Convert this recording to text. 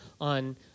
on